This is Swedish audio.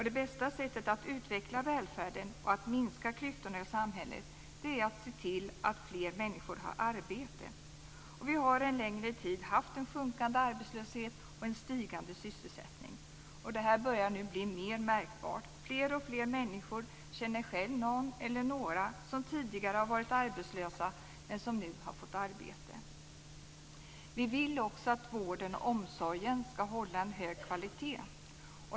Det bästa sättet att utveckla välfärden och att minska klyftorna i samhället är att se till att fler människor har arbete. Vi har en längre tid haft en sjunkande arbetslöshet och en stigande sysselsättning. Detta börjar nu bli mer märkbart. Fler och fler människor känner själv någon eller några som tidigare varit arbetslösa men som nu har fått arbete. Vi vill också att vården och omsorgen ska hålla hög en kvalitet.